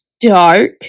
dark